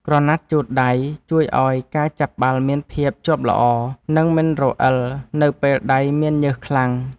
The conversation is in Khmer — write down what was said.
ក្រណាត់ជូតដៃ ជួយឱ្យការចាប់បាល់មានភាពជាប់ល្អ និងមិនរអិលនៅពេលដៃមានញើសខ្លាំង។